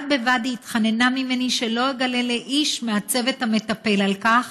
בד בבד היא התחננה אליי שלא אגלה לאיש מהצוות המטפל על כך,